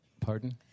Pardon